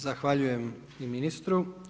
Zahvaljujem i ministru.